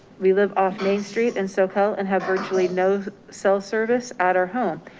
we live off main street and soquel and have virtually no cell service at our home.